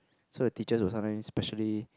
so the teachers will sometimes specially